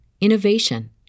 innovation